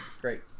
Great